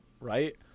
right